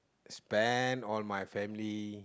spend on my family